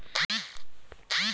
बीमा के राशि खाता से कैट जेतै?